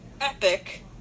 epic